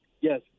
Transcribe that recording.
Yes